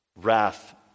wrath